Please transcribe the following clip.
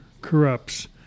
corrupts